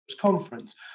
conference